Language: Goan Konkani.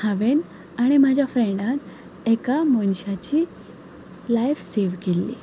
हांवें आनी म्हज्या फ्रेंडान एका मनशाची लायफ सेव केल्ली